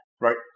right